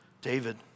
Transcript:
David